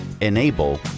enable